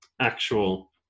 actual